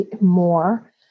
more